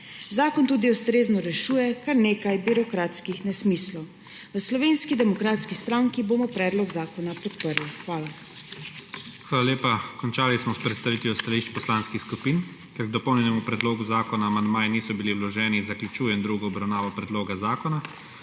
Zakon tudi ustrezno rešuje kar nekaj birokratskih nesmislov. V Slovenski demokratski stranki bomo predlog zakona podprli. Hvala. PREDSEDNIK IGOR ZORČIČ: Hvala lepa. Končali smo s predstavitvijo stališč poslanskih skupin. Ker k dopolnjenemu predlogu zakona amandmaji niso bili vloženi, zaključujem drugo obravnavo predloga zakona.